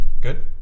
good